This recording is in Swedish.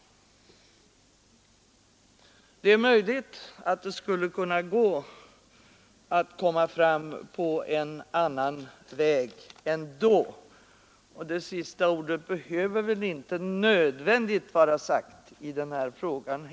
Det är möjligt att det skulle kunna gå att komma fram på en annan väg. Sista ordet behöver väl inte nödvändigtvis vara sagt i den här frågan.